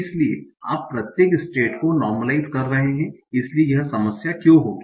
इसलिए आप प्रत्येक स्टेट को नार्मलाइस कर रहे हैं इसलिए यह समस्या क्यों होगी